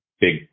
big